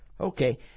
Okay